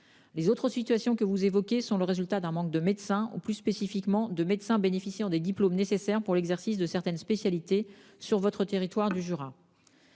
Les autres situations que vous évoquez sont le résultat d'un manque de médecins, ou plus spécifiquement de médecins bénéficiant des diplômes nécessaires pour l'exercice de certaines spécialités, sur votre territoire du Jura.